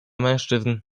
mężczyzn